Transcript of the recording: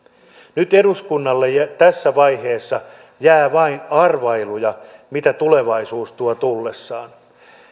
nyt eduskunnalle tässä vaiheessa jää vain arvailuja mitä tulevaisuus tuo tullessaan